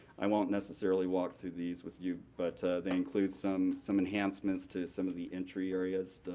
i won't necessarily walk through these with you, but they include some some enhancements to some of the entry areas,